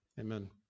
Amen